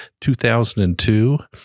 2002